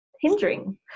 hindering